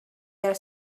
their